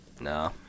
No